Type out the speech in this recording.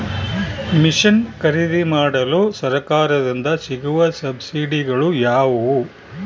Mission ಖರೇದಿಮಾಡಲು ಸರಕಾರದಿಂದ ಸಿಗುವ ಸಬ್ಸಿಡಿಗಳು ಯಾವುವು?